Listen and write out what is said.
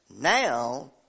now